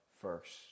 first